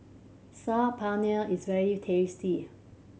Saag Paneer is very tasty